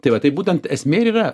tai va tai būtent esmė ir yra